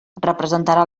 representarà